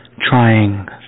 Trying